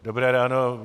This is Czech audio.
Dobré ráno.